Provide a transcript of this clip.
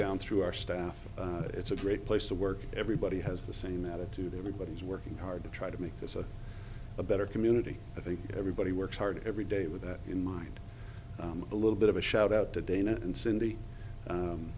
down through our staff it's a great place to work everybody has the same attitude everybody is working hard to try to make this a better community i think everybody works hard every day with that in mind a little bit of a shout out to dana and cindy